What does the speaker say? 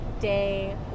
day